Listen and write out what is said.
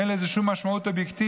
אין לזה שום משמעות אובייקטיבית.